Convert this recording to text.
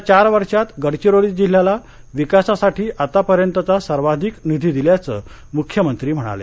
गेल्या चार वर्षात गडचिरोली जिल्ह्याला विकासासाठी आतापर्यंतचा सर्वाधिक निधी दिल्याचं मुख्यमंत्री म्हणाले